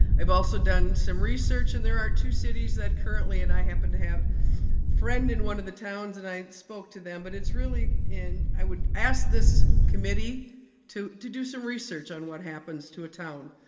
i've also done some research and there are two cities that currently, and i happen to have a friend in one of the towns and i spoke to them, but it's really in, i would ask this committee to to do some research on what happens to a town,